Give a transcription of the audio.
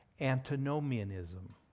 antinomianism